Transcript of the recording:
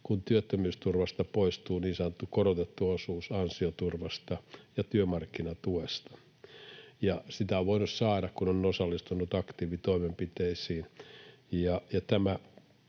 kun työttömyysturvasta poistuu niin sanottu korotettu osuus ansioturvasta ja työmarkkinatuesta. Sitä on voinut saada, kun on osallistunut aktiivitoimenpiteisiin,